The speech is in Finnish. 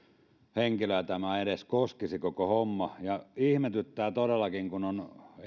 henkilöä tämä koko homma edes koskisi ja ihmetyttää todellakin että